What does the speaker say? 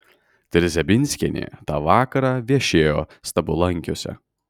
trzebinskienė tą vakarą viešėjo stabulankiuose